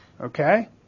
Okay